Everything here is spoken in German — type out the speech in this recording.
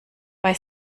bei